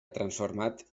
transformat